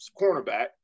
cornerback